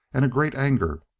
and a great anger.